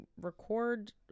record